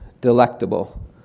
delectable